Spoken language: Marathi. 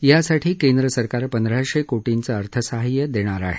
यासाठी केंद्र सरकार पंधराशे कोटींचं अर्थसहाय्य देणार आहे